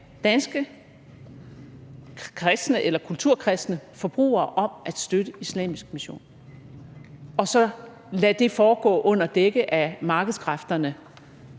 danske kristne eller kulturkristne forbrugere om at støtte islamisk mission og så lade det foregå under dække af markedskræfterne.